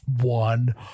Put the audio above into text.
one